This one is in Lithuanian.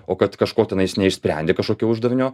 o kad kažko tenais neišsprendi kažkokio uždavinio